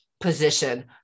position